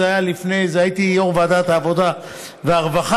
אז הייתי יו"ר ועדת העבודה והרווחה,